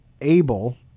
able